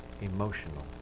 emotional